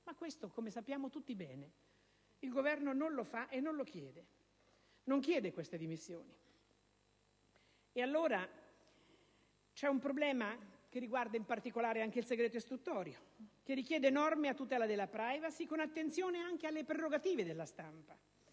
Ma - come sappiamo tutti bene - il Governo non fa questo e non lo chiede. Non chiede queste dimissioni. C'è inoltre un problema che riguarda in particolare il segreto istruttorio, che richiede norme a tutela della *privacy* con attenzione anche alle prerogative della stampa,